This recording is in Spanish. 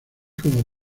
como